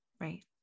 Right